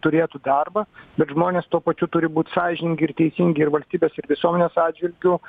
turėtų darbą bet žmonės tuo pačiu turi būt sąžiningi ir teisingi ir valstybės ir visuomenės atžvilgiu